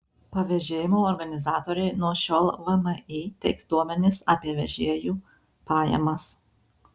pavėžėjimo organizatoriai nuo šiol vmi teiks duomenis apie vežėjų pajamas